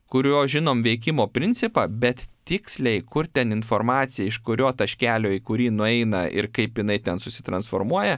kurio žinom veikimo principą bet tiksliai kur ten informacija iš kurio taškelio į kurį nueina ir kaip jinai ten susitransformuoja